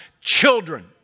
children